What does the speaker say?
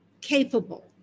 capable